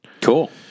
Cool